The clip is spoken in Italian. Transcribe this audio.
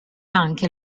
anche